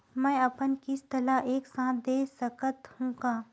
मै अपन किस्त ल एक साथ दे सकत हु का?